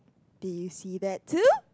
did you see that too